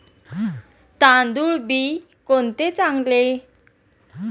तांदूळ बी कोणते चांगले?